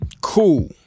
Cool